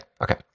okay